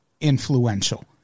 influential